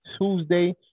Tuesday